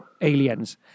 aliens